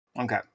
Okay